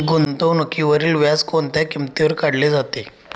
गुंतवणुकीवरील व्याज कोणत्या किमतीवर काढले जाते?